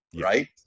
right